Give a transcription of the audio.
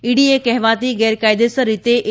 ઇડીએ કહેવાતી ગેરકાયદેસરરીતે એ